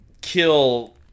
kill